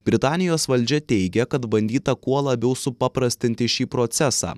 britanijos valdžia teigia kad bandyta kuo labiau supaprastinti šį procesą